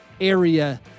area